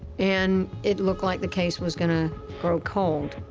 and it looked like the case was gonna grow cold.